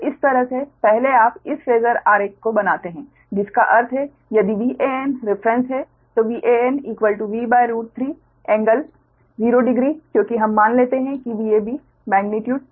तो इस तरह से पहले आप इस फेजर आरेख को बनाते हैं जिसका अर्थ है यदि Van रेफरेंस है तो VanV3 कोण 0 डिग्री क्योंकि हम मान लेते हैं Vab मेग्नीट्यूड